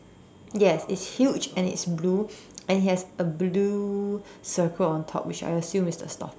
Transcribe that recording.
yes it's huge and it's blue and it has a blue circle on top which I assume is the stopper